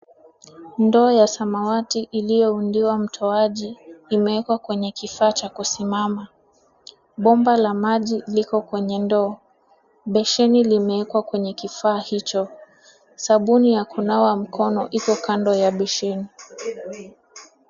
Ndoo ya samawati iliyoundiwa mtoaji, imeekwa kwenye kifaa cha kusimama. Bomba la maji liko kwenye ndoo, besheni limewekwa kwenye kifaa hicho. Sabuni ya kunawa mkono iko kando ya besheni.